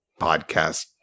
podcast